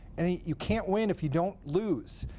and i mean you can't win if you don't lose,